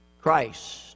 Christ